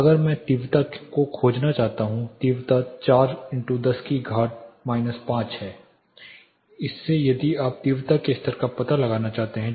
अगर मैं तीव्रता को खोजना चाहता हूं तीव्रता 4 10 की घात 5 है इससे यदि आप तीव्रता के स्तर का पता लगाना चाहते हैं